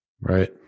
Right